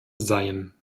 seien